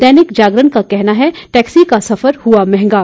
दैनिक जारगण का कहना है टैक्सी का सफर हुआ महंगा